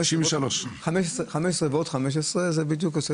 15 ועוד 15 זה בדיוק עושה